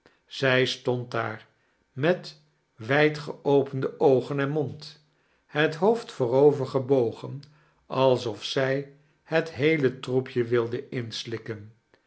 zij sfcond daar met wijdgeopende oogen en mond het hoofd voorovex gebogen alsof zij het heele troepje wilde inslikken